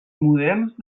moderns